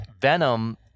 Venom